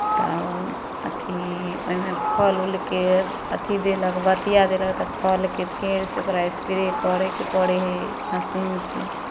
तऽ अथि ओहिमे फल उलके अथि देलक बतिया देलक तऽ फलके फेरसँ ओकरा स्प्रे करयके पड़ै हइ मशीनसँ